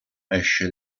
esce